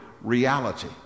reality